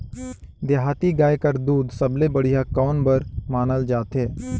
देहाती गाय कर दूध सबले बढ़िया कौन बर मानल जाथे?